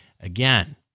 Again